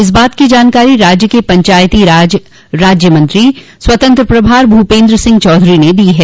इस बात की जानकारी राज्य के पंचायतीराज राज्य मंत्री स्वतंत्र प्रभार भूपेन्द्र सिंह चौधरी ने दी है